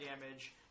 damage